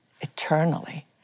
eternally